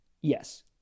Yes